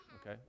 Okay